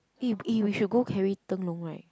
eh eh we should go carry 灯笼 right